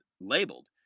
labeled